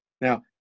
Now